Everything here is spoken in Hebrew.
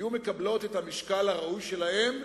היו מקבלות את המשקל הראוי שלהן,